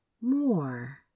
more